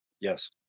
Yes